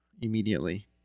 immediately